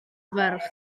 ferch